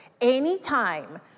Anytime